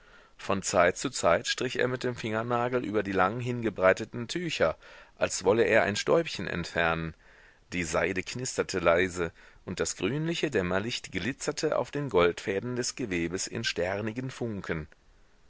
von zeit zu zeit strich er mit dem fingernagel über die lang hingebreiteten tücher als wolle er ein stäubchen entfernen die seide knisterte leise und das grünliche dämmerlicht glitzerte auf den goldfäden des gewebes in sternigen funken